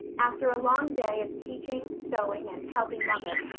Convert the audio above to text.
after a long day of teaching, sewing, and helping mother,